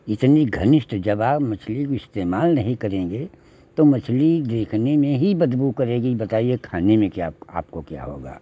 इतनी घनिष्ट जब आप मछली इस्तेमाल नहीं करेंगे तो मछली देखने में ही बदबू करेगी बताइए खाने में क्या आपको क्या होगा